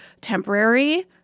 temporary